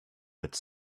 its